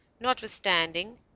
notwithstanding